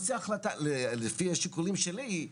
לפי השיקולים שלי,